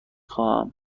خواهم